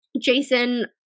Jason